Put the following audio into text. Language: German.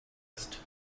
ist